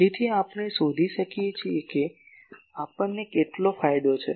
તેથી આપણે શોધી શકીએ છીએ કે આપણને કેટલો ફાયદો થાય છે